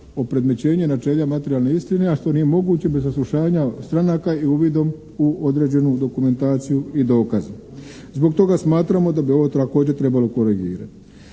opredmećenje načela materijalne istine a što nije moguće bez saslušanja stranaka i uvidom u određenu dokumentaciju i dokaze. Zbog toga smatramo da bi ovo također trebalo korigirati.